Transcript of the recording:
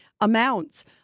amounts